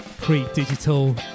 pre-digital